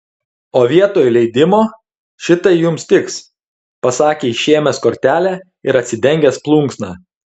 o vietoj leidimo šitai jums tiks pasakė išėmęs kortelę ir atsidengęs plunksną